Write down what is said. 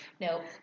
No